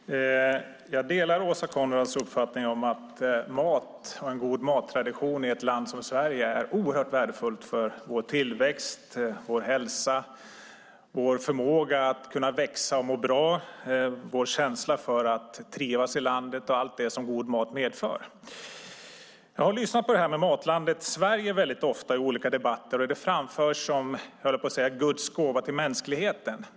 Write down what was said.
Herr talman! Jag delar Åsa Coenraads uppfattning om att mat och en god mattradition i ett land som Sverige är oerhört värdefullt för vår tillväxt, vår hälsa, vår förmåga att växa och må bra, vår känsla för att trivas i landet och allt det som god mat medför. Jag har ofta lyssnat på frågan om Matlandet Sverige i olika debatter. Det framförs som guds gåva till mänskligheten.